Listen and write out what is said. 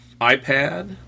iPad